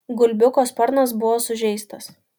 gulbiuko sparnas buvo sužeistas